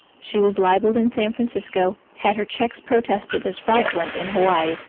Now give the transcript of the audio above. she was libelled in san francisco, had her cheques protested as fraudulent in hawaii,